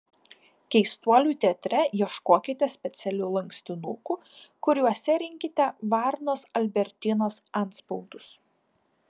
keistuolių teatre ieškokite specialių lankstinukų kuriuose rinkite varnos albertinos antspaudus